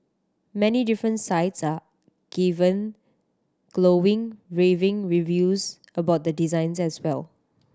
many different sites are given glowing raving reviews about the design as well